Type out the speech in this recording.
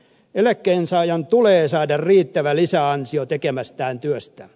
eläkkeensaajan tulee saada riittävä lisäansio tekemästään työstä